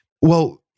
well-